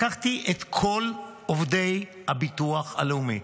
לקחתי אליו את כל עובדי הביטוח הלאומי.